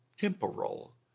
temporal